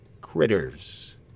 critters